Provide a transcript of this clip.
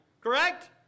Correct